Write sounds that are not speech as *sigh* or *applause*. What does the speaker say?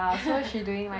*laughs*